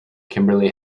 kimberly